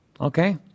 Okay